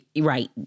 Right